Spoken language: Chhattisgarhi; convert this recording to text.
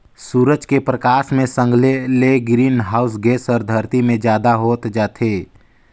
सूरज के परकास मे संघले ले ग्रीन हाऊस गेस हर धरती मे जादा होत जाथे